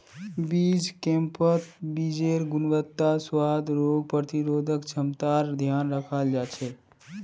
बीज बैंकत बीजेर् गुणवत्ता, स्वाद, रोग प्रतिरोधक क्षमतार ध्यान रखाल जा छे